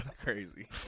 crazy